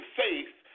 faith